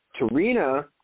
Tarina